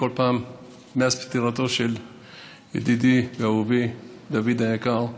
כל פעם מאז פטירת ידידי ואהובי דוד היקר,